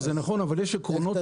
זה נכון אבל יש עקרונות.